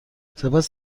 سپس